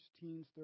teens